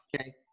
Okay